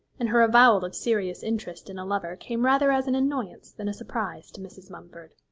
and her avowal of serious interest in a lover came rather as an annoyance than a surprise to mrs. mumford.